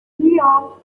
لیام